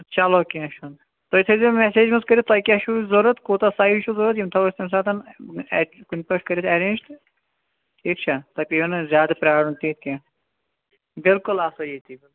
چلوکیٛنہٚہ چھُنہ تُہۍ تھٲیزیٚو میٚسیج منٚز کٔرِتھ تۄہہِ کیٛاہ چھُو ضوٚرتھ کوتاہ سایِزچھُو ضوٚرتھ یِم تھاوو أسۍ تمہِ ساتہٕ ایٚک کُنہ پٮ۪ٹھ کٔرِتھ ایٚرینٛج تہٕ ٹھیٖک چھا تۄہہِ پیٚیِونہٕ زیادٕ پرٛارُن تہِ ییٚتہِ کیٚنٛہہ بِلکُل آسو ییٚتی بہٕ